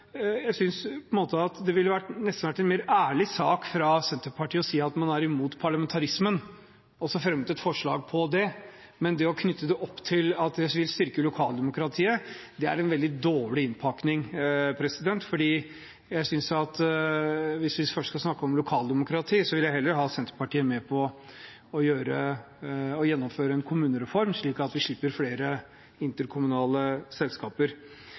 det nesten ville vært en mer ærlig sak fra Senterpartiet å si at man er imot parlamentarismen, og så fremmet et forslag på det. Men det å knytte det opp til at det vil styrke lokaldemokratiet, er en veldig dårlig innpakning. Hvis vi først skal snakke om lokaldemokrati, så vil jeg heller ha Senterpartiet med på å gjennomføre en kommunereform, slik at vi slipper flere interkommunale selskaper.